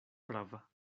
prava